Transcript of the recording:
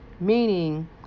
meaning